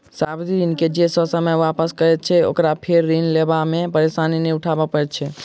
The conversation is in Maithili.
सावधि ऋण के जे ससमय वापस करैत छै, ओकरा फेर ऋण लेबा मे परेशानी नै उठाबय पड़ैत छै